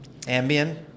Ambien